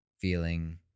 feeling